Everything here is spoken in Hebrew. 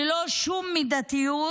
ללא שום מידתיות,